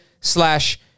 slash